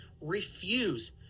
refuse